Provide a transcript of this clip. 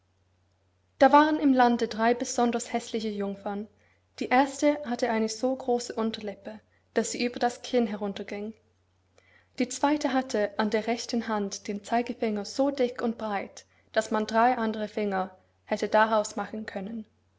da waren im lande drei besonders häßliche jungfern die erste hatte eine so große unterlippe daß sie über das kinn herunterhing die zweite hatte an der rechten hand den zeigefinger so dick und breit daß man drei andere finger hätte daraus machen können